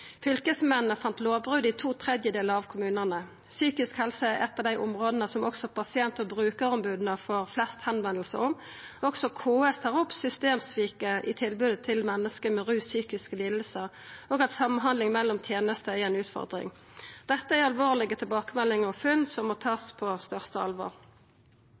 i to tredjedelar av kommunane. Psykisk helse er eitt av dei områda som òg pasient- og brukaromboda får flest førespurnader om. Også KS tar opp systemsviket i tilbodet til menneske med rus og psykiske lidingar, og at samhandling mellom tenester er ei utfordring. Dette er tilbakemeldingar og funn som må takast på største alvor.